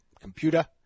computer